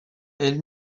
elle